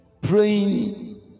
praying